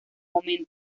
momento